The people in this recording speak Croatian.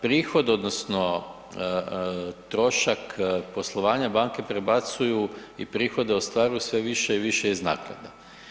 Prihod odnosno trošak poslovanje banke prebacuju i prihode ostvaruju sve više i više iz naknade.